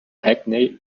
hackney